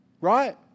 right